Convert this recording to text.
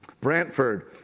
Brantford